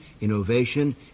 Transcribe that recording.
innovation